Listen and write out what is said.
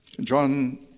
John